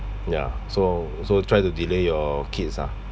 ya so so try to delay your kids ah